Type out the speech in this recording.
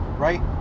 Right